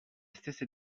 stesse